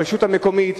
הרשות המקומית,